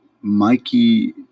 Mikey